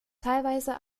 teilweise